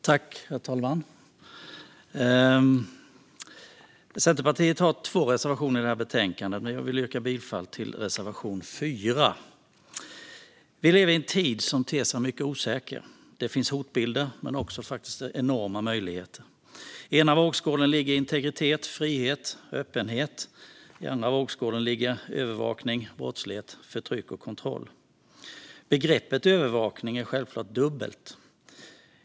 Herr talman! Centerpartiet har två reservationer i detta betänkande, och jag vill yrka bifall till reservation 4. Vi lever i en tid som ter sig mycket osäker. Det finns hotbilder men faktiskt också enorma möjligheter. I den ena vågskålen ligger integritet, frihet och öppenhet. I den andra vågskålen ligger övervakning, brottslighet, förtryck och kontroll. Begreppet övervakning är självklart dubbelt.